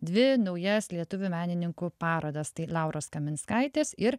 dvi naujas lietuvių menininkų parodas tai lauros kaminskaitės ir